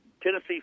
Tennessee